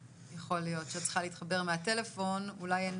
גיל,